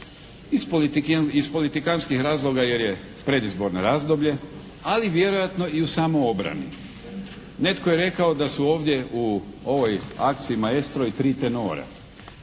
iz politikantskih razloga jer je predizborno razdoblje, ali vjerojatno i u samoobrani. Netko je rekao da su ovdje u ovoj akciji "Maestro" i tri tenora,